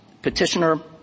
Petitioner